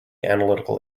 analytical